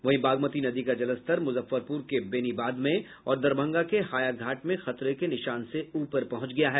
वहीं बागमती नदी का जलस्तर मुजफ्फरपुर के बेनीबाद में और दरभंगा के हायाघाट में खतरे के निशान से ऊपर पहुंच गया है